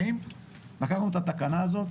לקחנו את התקנה הזאת,